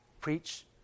Preach